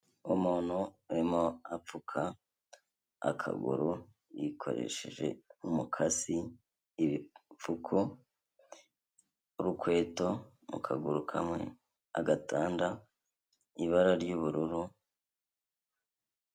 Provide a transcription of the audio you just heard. Umuntu urimo apfuka akaguru yikoresheje umukasi, ibipfuko, urukweto mu kaguru kamwe, agatanda ibara ry'ubururu.